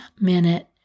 minute